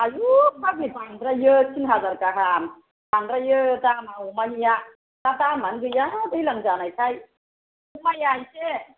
आयु फाग्लि बांद्रायो थिन हाजार गाहाम बांद्रायो दामा अमानिया दा दामानो गैया दैज्लां जानायखाय खमाया एसे